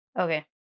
Okay